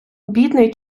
бідний